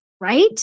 right